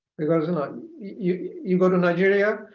because you go to nigeria,